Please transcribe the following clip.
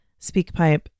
SpeakPipe